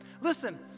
Listen